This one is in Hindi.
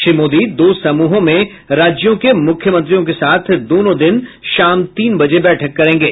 श्री मोदी दो समूहों में राज्यों के मुख्यमंत्रियों के साथ दोनों दिन शाम तीन बजे बैठक करेंगे